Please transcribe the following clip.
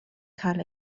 cael